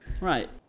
Right